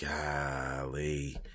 golly